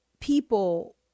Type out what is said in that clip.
people